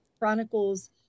chronicles